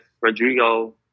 Rodrigo